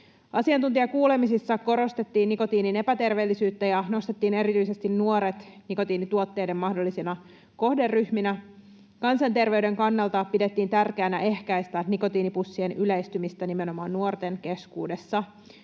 Asiantuntijakuulemisissa korostettiin nikotiinin epäterveellisyyttä ja nostettiin erityisesti nuoret nikotiinituotteiden mahdollisena kohderyhmänä. Kansanterveyden kannalta pidettiin tärkeänä ehkäistä nikotiinipussien yleistymistä nimenomaan nuorten keskuudessa.